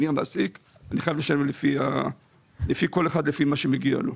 אני המעסיק ואני חייב לשלם לכל אחד לפי מה שמגיע לו.